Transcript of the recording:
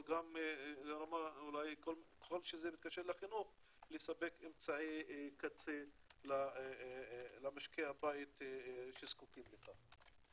אבל ככל שזה מתקשר לחינוך לספק אמצעי קצה למשקי הבית שזקוקים לכך.